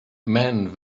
man